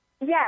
Yes